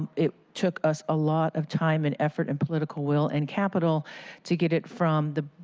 it took us a lot of time, and effort, and political will, and capital to get it from the